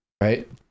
right